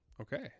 Okay